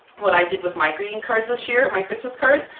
what i did with my greeting cards this year, my christmas cards,